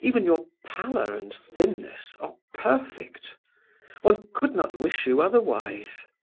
even your pallor and thinness are perfect one could not wish you otherwise.